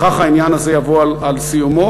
בכך העניין הזה יבוא על סיומו,